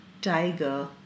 Tiger